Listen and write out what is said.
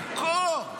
זה קור.